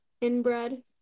Inbred